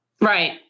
Right